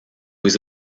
was